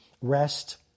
rest